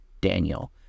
Daniel